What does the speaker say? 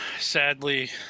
sadly